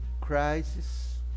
crisis